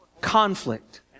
Conflict